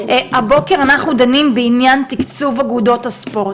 הבוקר אנחנו דנים בעניין תיקצוב אגודות הספורט.